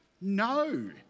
No